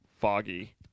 foggy